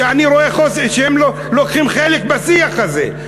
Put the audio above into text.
אני רואה שהם לא לוקחים חלק בשיח הזה.